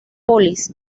polis